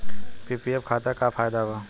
PPF खाता के का फायदा बा?